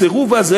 הסירוב הזה